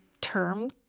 term